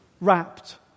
wrapped